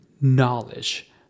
knowledge